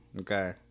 okay